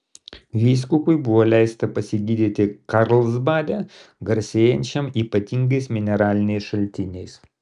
vyskupui buvo leista pasigydyti karlsbade garsėjančiam ypatingais mineraliniais šaltiniais